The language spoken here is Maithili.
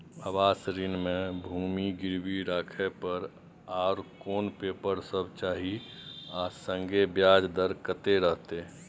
आवास ऋण म भूमि गिरवी राखै पर आर कोन पेपर सब चाही आ संगे ब्याज दर कत्ते रहते?